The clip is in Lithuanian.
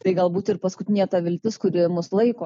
tai galbūt ir paskutinė ta viltis kuri mus laiko